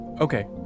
okay